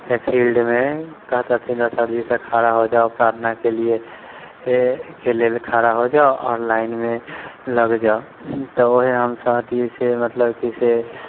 फिल्डमे कहैत रहथिन सर जी सभ खड़ा हो जाओ प्रार्थनाके लिएके लेल खड़ा हो जाओ आओर लाइनमे लग जाओ तऽ ओहे हम सभ अथि से मतलब कि से